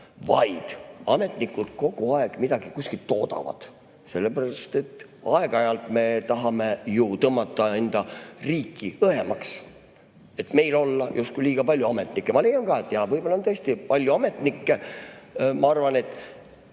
vaid ametnikud kogu aeg midagi kusagil toodavad. Sellepärast et aeg-ajalt me tahame ju tõmmata enda riiki õhemaks, et meil olla justkui liiga palju ametnikke. Ma leian ka, et võib-olla on tõesti palju ametnikke. Ma arvan, et